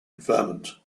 vermont